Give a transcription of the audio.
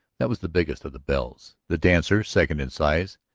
that was the biggest of the bells. the dancer, second in size,